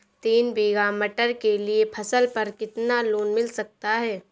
तीन बीघा मटर के लिए फसल पर कितना लोन मिल सकता है?